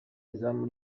izamu